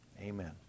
Amen